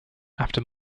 after